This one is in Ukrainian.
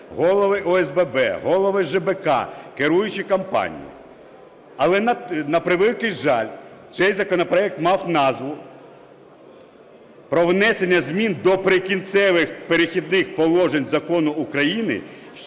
голови ОСББ, голови ЖБК, керуючі компанії. Але, на превеликий жаль, цей законопроект мав назву "Про внесення змін до "Прикінцевих, перехідних положень" Закону України